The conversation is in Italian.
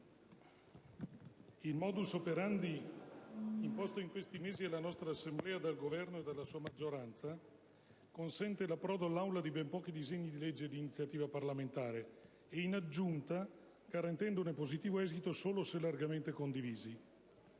il *modus operandi* imposto in questi mesi alla nostra Assemblea dal Governo e dalla sua maggioranza consente l'approdo in Aula di ben pochi disegni di legge di iniziativa parlamentare e - in aggiunta - il positivo esito ne è garantito solo se largamente condivisi.